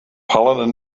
pollen